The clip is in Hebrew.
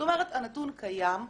זאת אומרת הנתון הקיים.